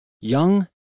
Young